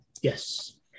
Yes